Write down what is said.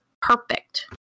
perfect